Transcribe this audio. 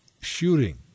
shooting